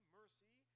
mercy